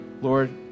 lord